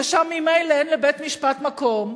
ששם ממילא אין לבית-משפט מקום,